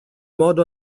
modo